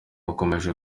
akomeje